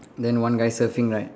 then one guy surfing right